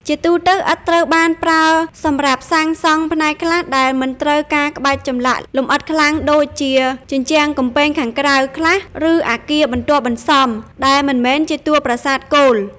ជាទូទៅ ឥដ្ឋត្រូវបានប្រើសម្រាប់សាងសង់ផ្នែកខ្លះដែលមិនត្រូវការក្បាច់ចម្លាក់លម្អិតខ្លាំងដូចជា ជញ្ជាំងកំពែងខាងក្រៅ ខ្លះ ឬ អគារបន្ទាប់បន្សំ ដែលមិនមែនជាតួប្រាសាទគោល។